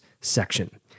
section